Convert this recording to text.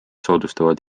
soodustavad